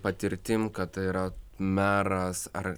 patirtim kad tai yra meras ar